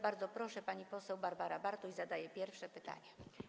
Bardzo proszę, pani poseł Barbara Bartuś zadaje pierwsze pytanie.